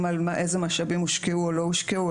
על איזה משאבים הושקעו או לא הושקעו,